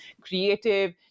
creative